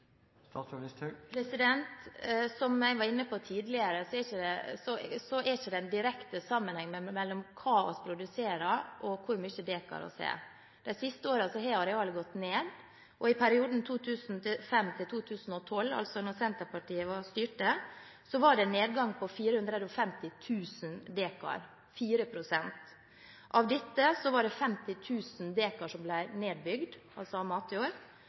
Som jeg var inne på tidligere, er det ikke en direkte sammenheng mellom hva vi produserer, og hvor mange dekar vi har. De siste årene har arealet gått ned, og i perioden 2005–2012 – altså da Senterpartiet var med og styrte – var det en nedgang på 450 000 dekar, eller 4 pst. Av dette var det 50 000 dekar matjord som ble nedbygd, og 400 000 dekar gikk ut av drift. Den situasjonen har vi hatt i mange år.